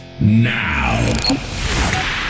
now